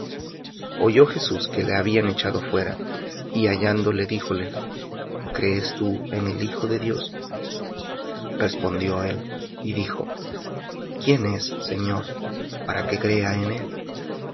oyó jesús que le habían echado fuera y hallándole díjole crees tú en el hijo de dios respondió él y dijo quién es señor para que crea en él